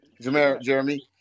Jeremy